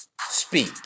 speak